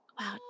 Wow